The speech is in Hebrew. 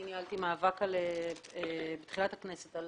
אני ניהלתי מאבק בתחילת הכנסת על